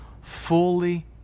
Fully